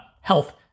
health